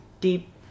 deep